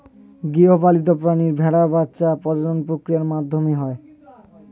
গৃহপালিত প্রাণী ভেড়ার বাচ্ছা প্রজনন প্রক্রিয়ার মাধ্যমে হয়